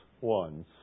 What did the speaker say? ones